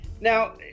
Now